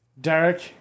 Derek